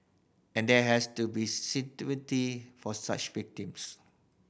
and there has to be for such victims